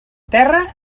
terra